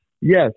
yes